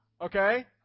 Okay